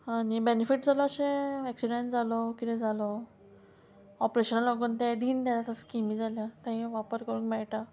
आनी बेनिफीट जाल्या अशें एक्सिडेंट जालो कितें जालो ऑपरेशना लागोन तें दीन दयाल स्किमी जाल्या तेंयी वापर करूंक मेळटा